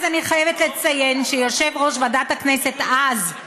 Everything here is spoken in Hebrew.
אז אני חייבת לציין שיושב-ראש ועדת הכנסת אז,